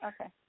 Okay